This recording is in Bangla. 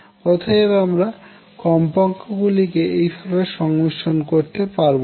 অতএব আমরা কম্পাঙ্ক গুলিকে এই ভাবে সংমিশ্রন করতে পারবো না